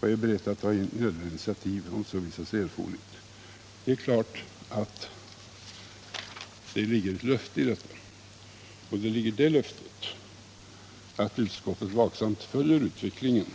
och är berett att ta nödvändiga initiativ om så visar sig erforderligt”. Det är klart att det ligger ett löfte i detta att utskottet vaksamt skall följa utvecklingen.